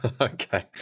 Okay